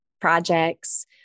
projects